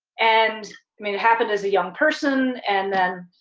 and i mean it happened as a young person, and then